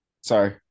Sorry